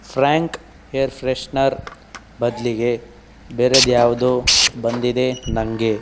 frank air freshener ಬದಲಿಗೆ ಬೇರೆದ್ಯಾವುದೋ ಬಂದಿದೆ ನಂಗೆ